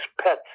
pets